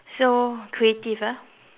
so creative ah